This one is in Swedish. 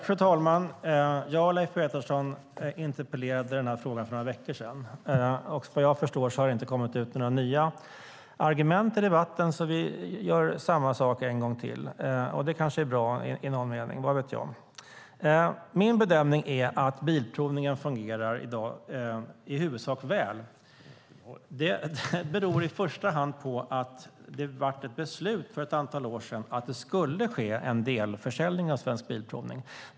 Fru talman! Jag och Leif Pettersson debatterade den här frågan för några veckor sedan. Vad jag förstår har det inte kommit några nya argument till debatten, så vi gör samma sak en gång till. Det kanske är bra i någon mening, vad vet jag. Min bedömning är att Bilprovningen i dag fungerar i huvudsak väl. Det beror i första hand på att det fattades ett beslut för ett antal år sedan att det skulle ske en delförsäljning av Svensk Bilprovning.